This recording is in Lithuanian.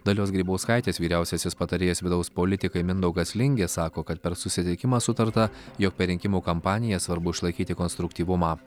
dalios grybauskaitės vyriausiasis patarėjas vidaus politikai mindaugas lingė sako kad per susitikimą sutarta jog per rinkimų kampaniją svarbu išlaikyti konstruktyvumą